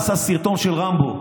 עשה סרטון של רמבו: